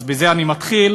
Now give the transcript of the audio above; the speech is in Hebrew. ובכלל זה הספר המחודש,